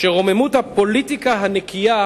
שרוממות הפוליטיקה הנקייה